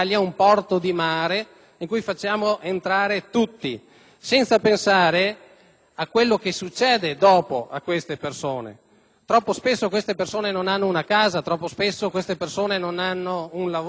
a quello che succede dopo a queste persone. Troppo spesso, queste persone non hanno una casa, troppo spesso queste persone non hanno un lavoro, troppo spesso queste persone vengono utilizzate nei circuiti